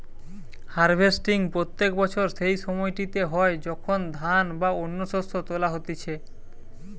harvesting প্রত্যেক বছর সেই সময়টিতে হয় যখন ধান বা অন্য শস্য তোলা হতিছে